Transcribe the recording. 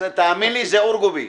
אורגובי